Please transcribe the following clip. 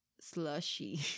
slushy